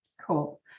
Cool